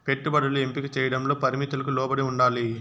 పెట్టుబడులు ఎంపిక చేయడంలో పరిమితులకు లోబడి ఉండాలి